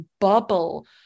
bubble